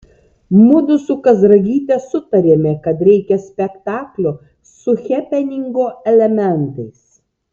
mudu su kazragyte sutarėme kad reikia spektaklio su hepeningo elementais